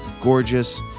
gorgeous